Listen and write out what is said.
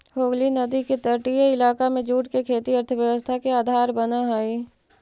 हुगली नदी के तटीय इलाका में जूट के खेती अर्थव्यवस्था के आधार बनऽ हई